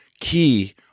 key